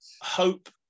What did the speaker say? Hope